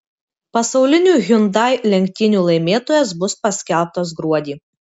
pasaulinių hyundai lenktynių laimėtojas bus paskelbtas gruodį